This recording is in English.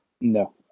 No